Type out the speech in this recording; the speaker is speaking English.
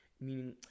Meaning